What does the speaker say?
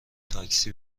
تاکسی